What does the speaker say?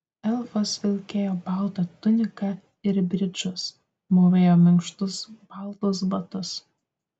elfas vilkėjo baltą tuniką ir bridžus mūvėjo minkštus baltus batus